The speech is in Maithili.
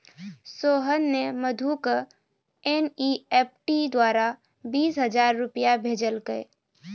सोहन ने मधु क एन.ई.एफ.टी द्वारा बीस हजार रूपया भेजलकय